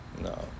No